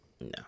No